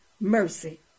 mercy